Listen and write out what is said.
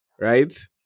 right